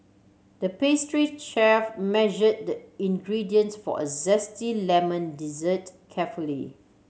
the pastry chef measured the ingredients for a zesty lemon dessert carefully